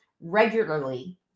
regularly